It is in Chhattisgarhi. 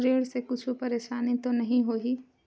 ऋण से कुछु परेशानी तो नहीं होही?